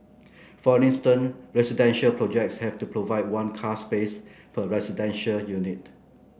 for instance residential projects have to provide one car space per residential unit